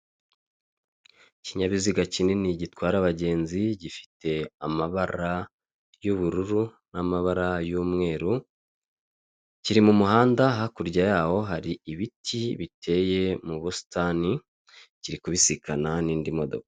Ikinyabiziga kinini gitwara abagenzi gifite amabara y'ubururu n'amabara y'umweru, kiri mu muhanda hakurya y'aho hari ibiti biteye mu busitani kiri kubisikana n'indi modoka.